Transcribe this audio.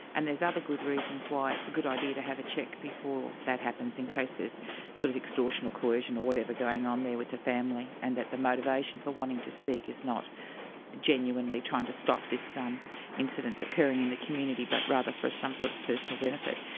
and there's other good reasons why it's a good idea to have a check before that happens, in case there's sort of extortion or coercion or whatever going on there with the family, and that the motivation for wanting to speak is not genuinely trying to stop this incidence occurring in the community, but rather for some sort of personal benefit.